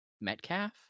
Metcalf